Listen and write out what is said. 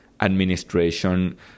administration